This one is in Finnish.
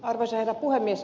arvoisa herra puhemies